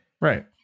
right